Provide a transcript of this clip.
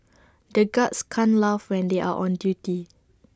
the guards can't laugh when they are on duty